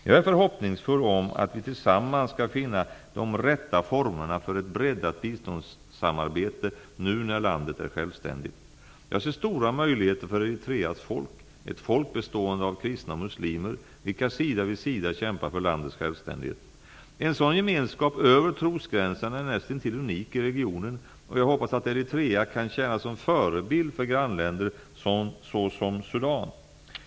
Jag är förhoppningsfull om att vi tillsammans skall finna de rätta formerna för ett breddat biståndssamarbete nu när landet är självständigt. Jag ser stora möjligheter för Eritreas folk, ett folk bestånde av kristna och muslimer vilka sida vid sida kämpat för landets självständighet. En sådan gemenskap över trosgränserna är näst intill unik i regionen, och jag hoppas att Eritrea kan tjäna som förebild för grannländer såsom Sudan.